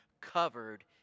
covered